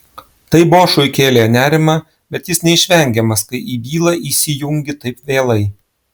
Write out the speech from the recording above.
tai bošui kėlė nerimą bet jis neišvengiamas kai į bylą įsijungi taip vėlai